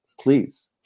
please